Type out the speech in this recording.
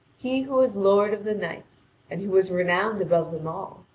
he who was lord of the knights, and who was renowned above them all,